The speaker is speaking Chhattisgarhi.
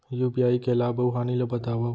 यू.पी.आई के लाभ अऊ हानि ला बतावव